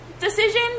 decision